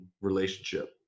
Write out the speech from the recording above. relationship